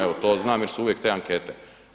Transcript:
Evo to znam, jer su uvijek te ankete.